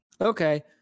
Okay